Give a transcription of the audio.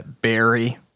berry